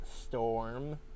Storm